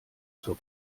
zur